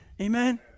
Amen